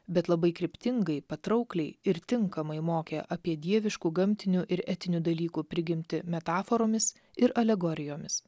bet labai kryptingai patraukliai ir tinkamai mokė apie dieviškų gamtinių ir etinių dalykų prigimtį metaforomis ir alegorijomis